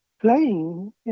playing